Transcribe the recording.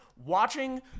watching